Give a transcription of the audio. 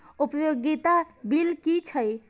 उपयोगिता बिल कि छै?